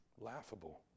laughable